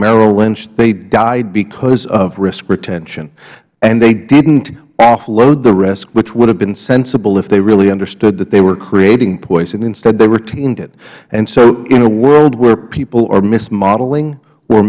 merrill lynch they died because of risk retention and they didn't offload the risk which would have been sensible if they really understood that they were creating poison instead they retained it so in a world where people are mismodeling or